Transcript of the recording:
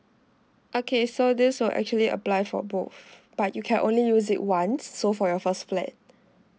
okay so this will actually apply for both but you can only use it once so for your first flat